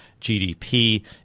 GDP